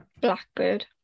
Blackbird